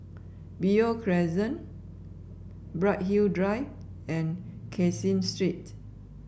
Beo Crescent Bright Hill Drive and Caseen Street